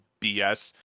BS